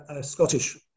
Scottish